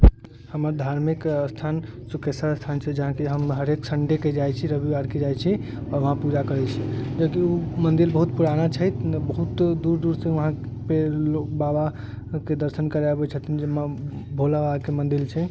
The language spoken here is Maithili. हमर धार्मिक स्थान सुखेश्वर स्थान छै जहाँ की हम हरेक सन्डेके जाइत छी रविवारके जाइत छी आ वहाँ पूजा करैत छी जेकि ओ मन्दिर बहुत पुराना छै बहुत दूर दूर से वहाँ पे लोग बाबाके दर्शन करे आबैत छथिन जाहिमे भोला बाबाके मन्दिर छै